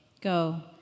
Go